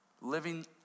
Living